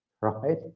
right